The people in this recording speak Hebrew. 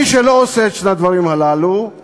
מי שלא עושה את שני הדברים הללו זה